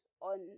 on